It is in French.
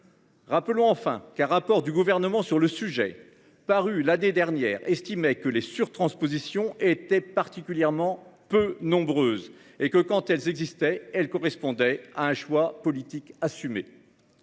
Rappelons enfin qu'un rapport du gouvernement sur le sujet paru l'année dernière, estimait que les surtranspositions était particulièrement peu nombreuses et que quand elles existaient elle correspondait à un choix politique assumé.